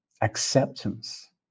Acceptance